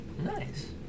Nice